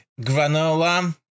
Granola